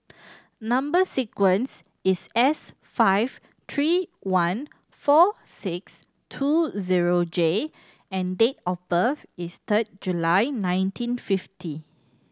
number sequence is S five three one four six two zero J and date of birth is third July nineteen fifty